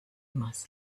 must